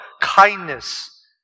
kindness